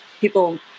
people